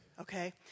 okay